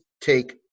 take